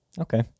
Okay